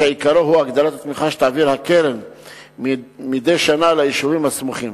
שעיקרו הגדלת התמיכה שתעביר הקרן מדי שנה ליישובים הסמוכים.